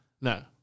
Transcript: No